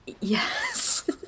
yes